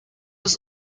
was